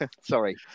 sorry